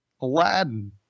Aladdin